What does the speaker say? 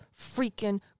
freaking